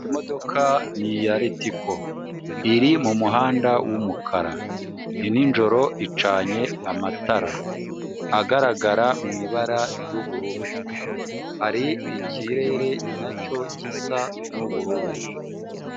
Imodoka ni iya litiko iri mu muhanda w'umukara ni nijoro icanye amatara agaragara mu ibara ry'ubururu hari ikirere nacyo gisa n'ubururu.